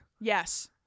Yes